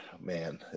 Man